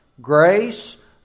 grace